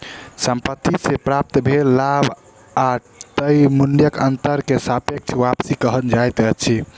संपत्ति से प्राप्त भेल लाभ आ तय मूल्यक अंतर के सापेक्ष वापसी कहल जाइत अछि